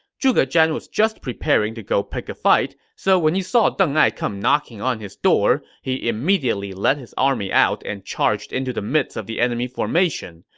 zhuge zhan was just preparing to go pick a fight, so when he saw deng ai come knocking on his door, he immediately led his army out and charged into the midst of the enemy formation.